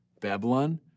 Babylon